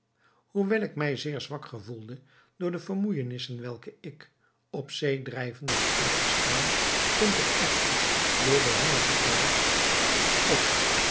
hoewel ik mij zeer zwak gevoelde door de vermoeijenissen welke ik op zee drijvende had uitgestaan stond ik echter door den honger gekweld op